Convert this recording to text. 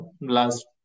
last